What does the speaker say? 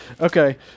Okay